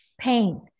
pain